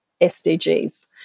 SDGs